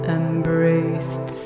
embraced